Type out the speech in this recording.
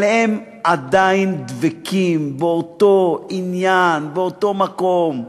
אבל הם עדיין דבקים באותו עניין, באותו מקום,